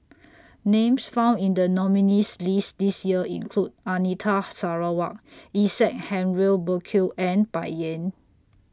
Names found in The nominees' list This Year include Anita Sarawak Isaac Henry Burkill and Bai Yan